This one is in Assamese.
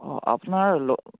অঁ আপোনাৰ